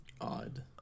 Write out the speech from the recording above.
odd